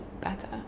better